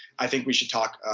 i think we should talk, ah